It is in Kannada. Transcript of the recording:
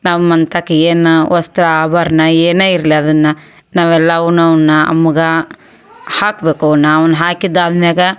ನಮ್ಮಂತಕ್ಕೆ ಏನು ವಸ್ತ್ರ ಆಭರಣ ಏನೇ ಇರಲಿ ಅದನ್ನು ನಾವೆಲ್ಲ ಅವುನವ್ನ ಅಮ್ಮಗೆ ಹಾಕಬೇಕು ನಾವು ಅವ್ನ ಹಾಕಿದ್ದು ಆದ್ಮ್ಯಾಗೆ